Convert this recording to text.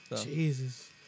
Jesus